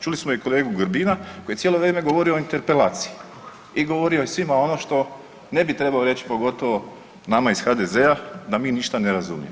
Čuli smo i kolegu Grbina koji je cijelo vrijeme govorio o interpelaciji i govorio je svima ono što ne bi trebao reći, pogotovo nama iz HDZ-a da mi ništa ne razumijemo.